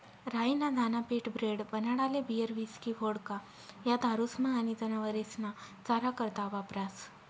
राई ना दाना पीठ, ब्रेड, बनाडाले बीयर, हिस्की, वोडका, या दारुस्मा आनी जनावरेस्ना चारा करता वापरास